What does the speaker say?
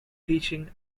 teaching